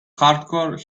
hardcore